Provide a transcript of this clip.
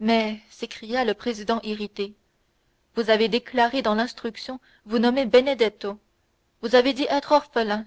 mais s'écria le président irrité vous avez déclaré dans l'instruction vous nommer benedetto vous avez dit être orphelin